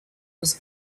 was